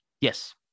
Yes